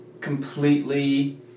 completely